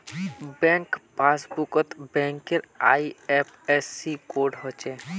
bank पासबुकत बैंकेर IFSC code हछे